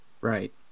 Right